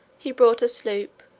he bought a sloop,